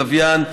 הלוויין,